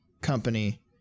company